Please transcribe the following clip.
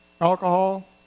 alcohol